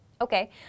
Okay